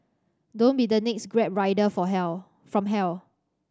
don't be the next Grab rider for hell from hell